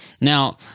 Now –